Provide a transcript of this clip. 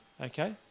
Okay